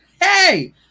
hey